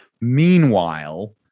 Meanwhile